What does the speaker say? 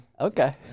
Okay